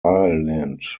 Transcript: ireland